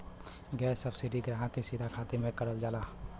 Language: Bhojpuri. गैस सब्सिडी ग्राहक के सीधा खाते में जमा करल जाला